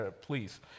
please